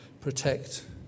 protect